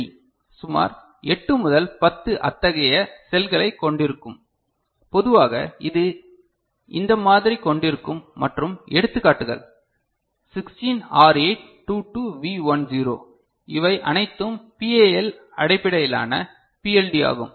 D சுமார் 8 முதல் 10 அத்தகைய செல்களைக் கொண்டிருக்கும் பொதுவாக இது இந்த மாதிரி கொண்டிருக்கும் மற்றும் எடுத்துக்காட்டுகள் 16R8 22V10 இவை அனைத்தும் பிஏஎல் அடிப்படையிலான பிஎல்டி ஆகும்